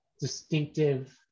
distinctive